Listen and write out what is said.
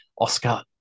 Oscar